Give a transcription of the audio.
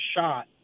shot